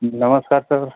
नमस्कार सर